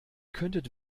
könntet